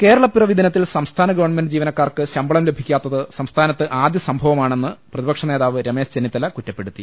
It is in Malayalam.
കേരളപ്പിറവി ്ദിനത്തിൽ സംസ്ഥാന ഗവൺമെന്റ് ജീവന ക്കാർക്ക് ശമ്പളം ലഭിക്കാത്തത് സംസ്ഥാനത്ത് ആദ്യ സംഭവമാ ണെന്ന് പ്രതിപക്ഷ നേതാവ് രമേശ് ചെന്നിത്തല കുറ്റപ്പെടുത്തി